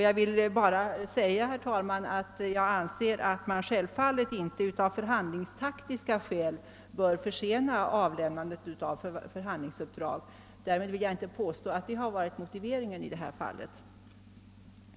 Jag anser, herr talman, att man självfallet inte av förhandlingstaktiska skäl bör försena avlämnandet av förhandlingsuppdrag. Därmed vill jag dock inte påstå att det har varit motiveringen i detta fall.